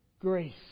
grace